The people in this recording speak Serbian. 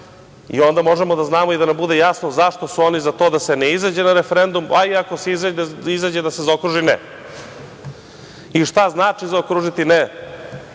i onda možemo da znamo i da nam bude jasno zašto su oni za to da ne izađe na referendum, a i ako se izađe, da se zaokruži – ne i šta znači zaokružiti –